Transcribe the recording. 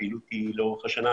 הפעילות היא לאורך השנה.